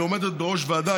שעומדת בראש הוועדה,